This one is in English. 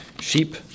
Sheep